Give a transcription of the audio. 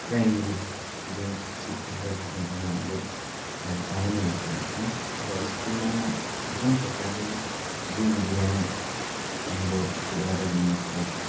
primary जुन शिक्षा छ त्यसमा पनि हामीले मलाई पाएन जस्तो लाग्छौँ र स्कुलमा जुन प्रकारले जीव विज्ञान हाम्रो अति आदरणीय सर